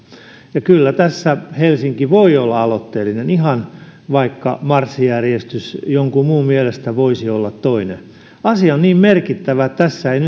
ja kyllä tässä helsinki voi olla aloitteellinen vaikka marssijärjestys jonkun muun mielestä voisi olla toinen asia on niin merkittävä että tässä ei